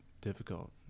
difficult